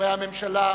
חברי הממשלה,